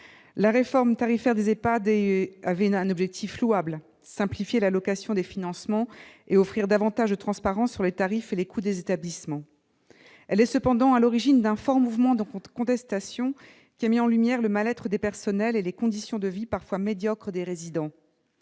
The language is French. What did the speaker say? La réforme tarifaire des EHPAD avait un objectif louable : simplifier l'allocation des financements et offrir davantage de transparence sur les tarifs et les coûts des établissements. Elle est cependant à l'origine d'un fort mouvement de contestation, qui a mis en lumière le mal-être du personnel et les conditions de vie parfois médiocres des résidents.